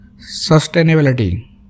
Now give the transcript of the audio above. sustainability